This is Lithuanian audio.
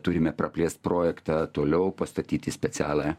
turime praplėst projektą toliau pastatyti į specialią